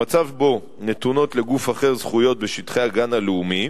במצב שבו נתונות לגוף אחר זכויות בשטחי הגן הלאומי,